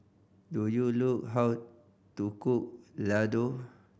do you know how to cook Ladoo